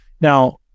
Now